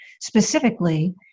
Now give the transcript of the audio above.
specifically